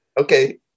Okay